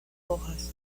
hojas